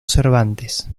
cervantes